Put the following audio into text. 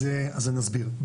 אני אסביר.